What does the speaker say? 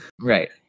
right